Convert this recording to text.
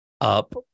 up